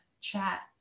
chat